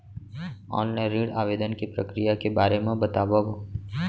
Online ऋण आवेदन के प्रक्रिया के बारे म बतावव?